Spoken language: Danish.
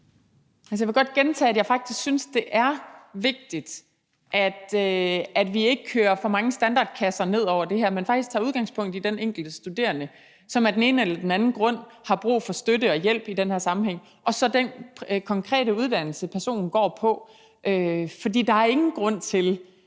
Jeg vil godt gentage, at jeg faktisk synes, det er vigtigt, at vi ikke kører for mange standardkasser ned over det her, men faktisk tager udgangspunkt i den enkelte studerende, som af den ene eller den anden grund har brug for støtte og hjælp i den her sammenhæng, og den konkrete uddannelse, personen går på. For der er ingen grund til, at